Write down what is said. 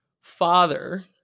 father